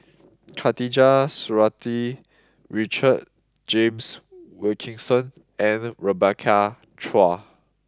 Khatijah Surattee Richard James Wilkinson and Rebecca Chua